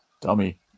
Dummy